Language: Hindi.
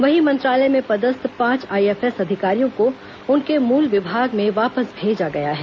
वहीं मंत्रालय में पदस्थ पांच आईएफएस अधिकारियों को उनके मूल विभाग में वापस भेजा गया है